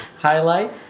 Highlight